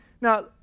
Now